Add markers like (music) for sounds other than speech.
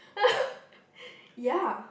(laughs) yeah